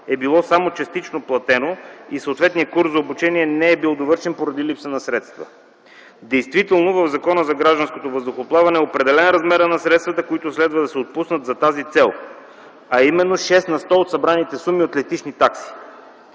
е било само частично платено и съответният курс за обучение не е бил довършен поради липса на средства. Действително в Закона за гражданското въздухоплаване е определен размерът на средствата, които следва да се отпуснат за тази цел, а именно 6 на сто за събраните суми от летищни такси.